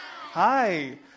Hi